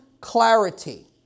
clarity